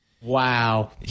Wow